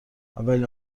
اولین